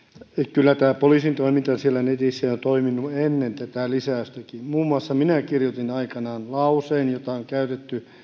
kyllä tämä poliisin toiminta siellä netissä on toiminut jo ennen tätä lisäystäkin muun muassa minä kirjoitin aikanaan lauseen jota on käytetty